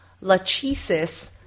Lachesis